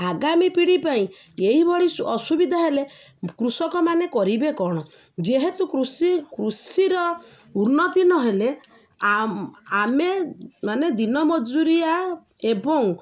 ଆଗାମୀ ପିଢ଼ି ପାଇଁ ଏହିଭଳି ଅସୁବିଧା ହେଲେ କୃଷକମାନେ କରିବେ କଣ ଯେହେତୁ କୃଷି କୃଷିର ଉନ୍ନତି ନହେଲେ ଆମେ ମାନେ ଦିନମଜୁରିଆ ଏବଂ